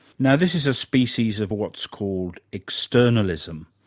now, this is a species of what's called externalism,